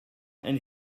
and